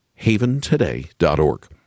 haventoday.org